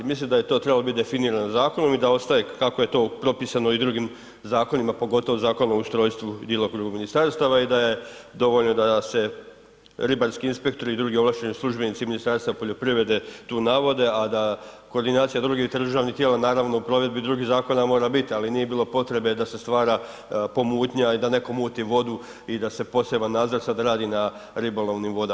Mislim da bi to trebalo biti definirano zakonom i da ostaje kako je to propisano i drugim zakonima pogotovo Zakonom o ustrojstvu i djelokrugu ministarstva i da je dovoljno da se ribarski inspektori i drugi ovlašteni službenici Ministarstva poljoprivrede tu navode a da koordinacija drugih državnih tijela naravno u provedbi drugih zakona mora biti ali nije bilo potrebe da se stvara pomutnja i da netko muti vodu i da se poseban nadzor sada radi na ribolovnim vodama.